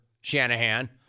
Shanahan